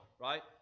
right